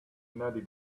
nodded